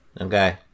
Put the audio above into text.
Okay